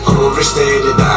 overstated